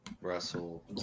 Russell